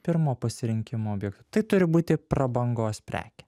pirmo pasirinkimo objek tai turi būti prabangos prekė